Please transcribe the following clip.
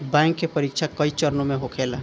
bank के परीक्षा कई चरणों में होखेला